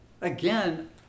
again